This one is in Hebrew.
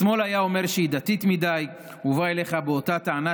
השמאל היה אומר שהיא דתית מדי ובא אליך באותה הטענה